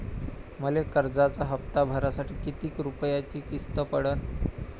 मले कर्जाचा हप्ता भरासाठी किती रूपयाची किस्त पडन?